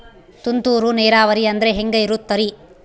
ತುಂತುರು ನೇರಾವರಿ ಅಂದ್ರೆ ಹೆಂಗೆ ಇರುತ್ತರಿ?